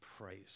Praise